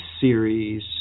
series